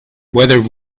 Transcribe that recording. whether